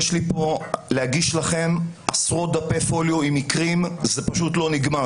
יש לי פה להגיש לכם עשרות דפי פוליו עם מקרים וזה פשוט לא נגמר.